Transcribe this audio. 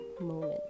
moment